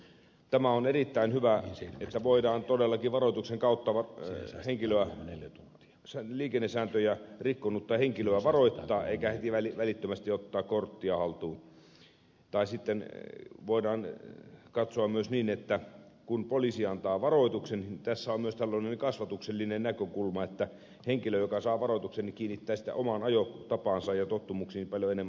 tämä on erittäin hyvä että voidaan todellakin varoituksen kautta vapisee kiloa menee nyt sain liikennesääntöjä rikkonutta henkilöä varoittaa eikä heti välittömästi ottaa korttia haltuun tai sitten voidaan katsoa myös niin että kun poliisi antaa varoituksen niin tässä on myös tällainen kasvatuksellinen näkökulma että henkilö joka saa varoituksen kiinnittää sitten ajotapaansa ja tottumuksiinsa paljon enemmän huomiota